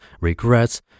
regrets